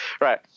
right